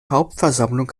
hauptversammlung